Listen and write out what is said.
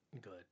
good